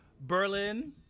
Berlin